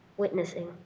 witnessing